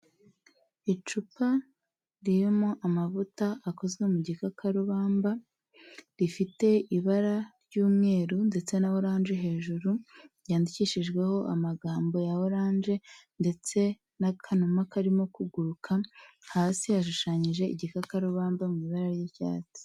Icupa ririmo amavuta akozwe mu gikakarubamba rifite ibara ry'umweru ndetse na oranje hejuru, ryandikishijweho amagambo ya oranje ndetse n'akanuma karimo kuguruka, hasi yashushanyije igikakarubamba mu ibara ry'icyatsi.